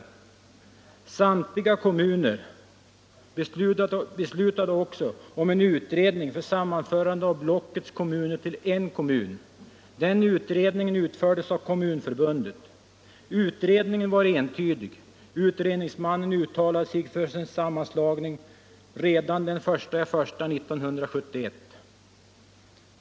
Samtliga kommuner beslutade också om en utredning för sammanförande av blockets kommuner till er kommun. Den utredningen utfördes av Kommunförbundet. Utredningens resultat var entydigt. Utredningsmannen uttalade sig för en sammanslagning redan den 1 januari 1971.